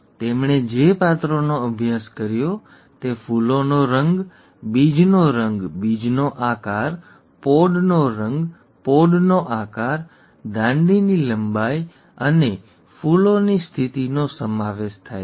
તેમણે જે પાત્રોનો અભ્યાસ કર્યો તે ફૂલોનો રંગ બીજનો રંગ બીજનો આકાર પોડ નો રંગ પોડનો આકાર દાંડીની લંબાઈ અને ફૂલોની સ્થિતિનો સમાવેશ થાય છે